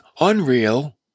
unreal